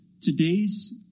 today's